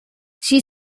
she